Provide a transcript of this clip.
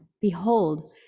behold